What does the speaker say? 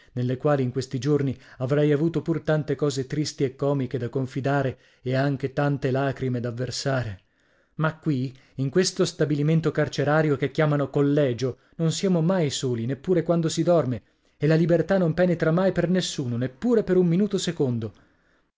nelle quali in questi giorni avrei avuto pur tante cose tristi e comiche da confidare e anche tante lacrime da versare ma qui in questo stabilimento carcerario che chiamano collegio non siamo mai soli neppure quando si dorme e la libertà non penetra mai per nessuno neppure per un minuto secondo